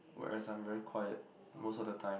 whereas I am very quiet most of the time